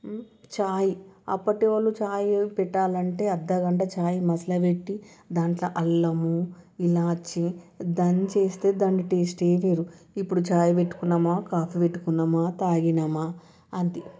చాయ్ అప్పటి వారు చాయ్ పెట్టాలంటే అరగంట చాయ్ మసల పెట్టి దాంట్లో అల్లము విలాచి దంచి వేస్తే దాని టేస్టే వేరు ఇప్పుడు చాయ్ పెట్టుకున్నామా కాఫీ పెట్టుకున్నామా తాగామా అంతే